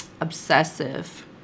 obsessive